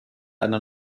einer